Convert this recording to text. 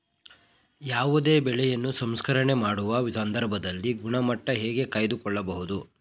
ಯಾವುದೇ ಬೆಳೆಯನ್ನು ಸಂಸ್ಕರಣೆ ಮಾಡುವ ಸಂದರ್ಭದಲ್ಲಿ ಗುಣಮಟ್ಟ ಹೇಗೆ ಕಾಯ್ದು ಕೊಳ್ಳಬಹುದು?